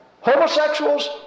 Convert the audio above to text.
homosexuals